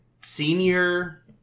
senior